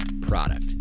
product